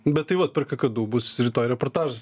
bet tai vat per kakadu bus rytoj reportažas